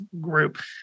group